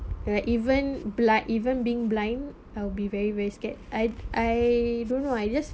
like even blood even being blind I'll be very very scared I I don't know ah I just